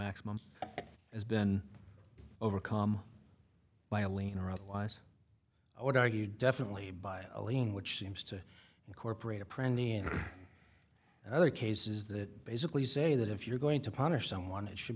maximum has been overcome by a lien or otherwise i would argue definitely by a lien which seems to incorporate a premiere and other cases that basically say that if you're going to punish someone it should